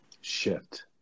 shift